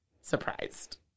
surprised